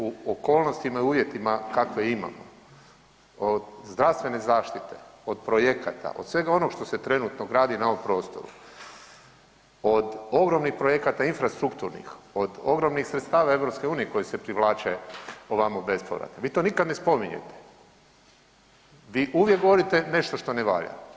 U okolnostima i uvjetima kakve imamo od zdravstvene zaštite, od projekata, od svega onog što se trenutno gradi na ovom prostoru, od ogromnih projekata infrastrukturnih, od ogromnih sredstava EU-a koji se privlače ovamo bespovratno, vi to nikad ne spominjete, vi uvijek govorite nešto što ne valja.